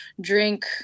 drink